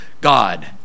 god